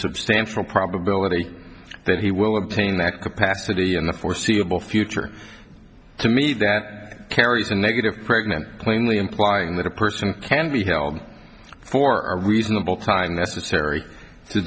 substantial probability that he will obtain that capacity in the foreseeable future to me that carries a negative pregnant plainly implying that a person can be held for a reasonable time necessary to